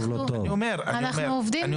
אנחנו בדעה אחת בעניין הזה.